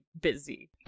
busy